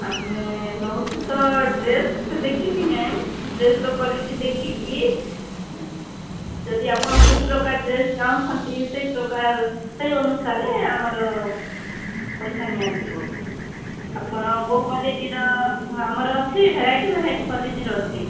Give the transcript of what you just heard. ଆମେ ନୋଉଛୁ ତ ଡ୍ରେସ୍ ଦେଖିକି ମ୍ୟାମ୍ ଡ୍ରେସର କ୍ୱାଲିଟି ଦେଖିକି ଯଦି ଆପଣ କେଉଁ ପ୍ରକାର ଡ୍ରେସ୍ ଚାହୁଁଛନ୍ତି ସେଇପ୍ରକାର ସେଇ ଅନୁସାରେ ଆମର ପଇସା ନିଆଯିବ ଆପଣ କେଉଁ କ୍ୱାଲିଟିର ହଁ ଆମର ଅଛି ଭେରାଇଟି ଭେରାଇଟି କ୍ୱାଲିଟି ଅଛି